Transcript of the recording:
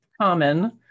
common